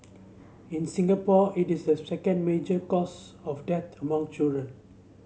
in Singapore it is the second major cause of death among children